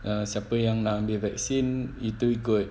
err siapa yang nak ambil vaccine itu could